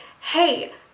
hey